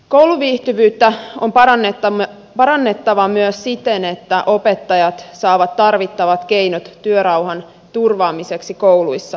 kouluviihtyvyyttä on parannettava myös siten että opettajat saavat tarvittavat keinot työrauhan turvaamiseksi kouluissa